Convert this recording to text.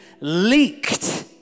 leaked